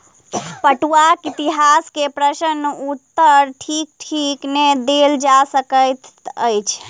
पटुआक इतिहास के प्रश्नक उत्तर ठीक ठीक नै देल जा सकैत अछि